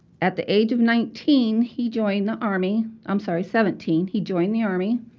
at the age of nineteen, he joined the army i'm sorry, seventeen he joined the army,